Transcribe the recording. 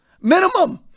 minimum